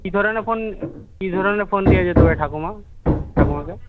কী ধরনের ফোন কী ধরনের ফোন দেওয়া যেতে পারে ঠাকুমা ঠাকুমাকে